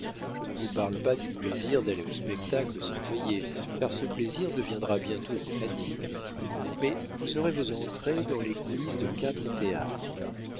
je ne vous parle pas du plaisir d'aller au spectacle sans payer car ce plaisir deviendra bientôt une fatigue mais vous aurez vos entrées dans les coulisses de quatre théâtres